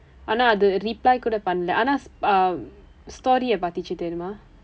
ஆனா அது:aanaa thu reply கூட பண்ணல ஆனா:kuuda pannala aanaa um story-ya பார்த்தது தெரியுமா:paarthathu theriyumaa